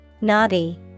Naughty